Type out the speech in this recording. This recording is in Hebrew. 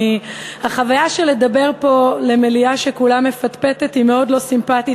החוויה של לדבר פה למליאה שכולה מפטפטת היא מאוד לא סימפתית.